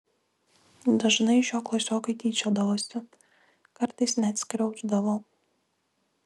dažnai iš jo klasiokai tyčiodavosi kartais net skriausdavo